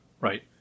Right